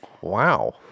Wow